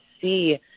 see